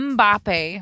Mbappe